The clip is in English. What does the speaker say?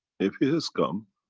if he has come.